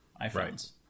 iphones